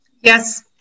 Yes